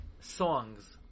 songs